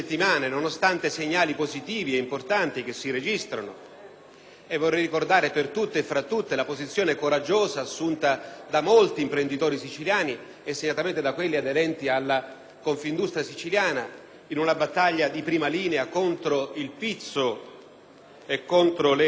(vorrei ricordare, tra tutti, la posizione coraggiosa assunta da molti imprenditori siciliani e segnatamente da quelli aderenti alla Confindustria siciliana in una battaglia di prima linea contro il pizzo e le estorsioni), sentiamo che il rischio